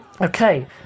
Okay